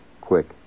quick